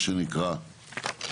מה שנקרא.